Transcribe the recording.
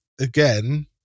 again